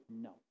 no